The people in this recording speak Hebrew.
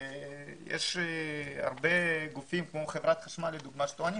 יש הרבה גופים כמו חברת חשמל למשל שטוענים